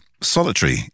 solitary